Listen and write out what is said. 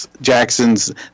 Jackson's